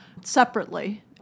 separately